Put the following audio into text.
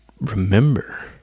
remember